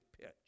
pitch